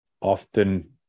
Often